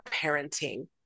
parenting